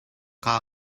kaa